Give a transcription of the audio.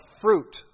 fruit